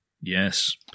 Yes